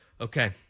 Okay